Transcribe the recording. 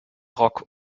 rock